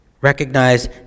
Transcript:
recognize